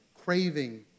Craving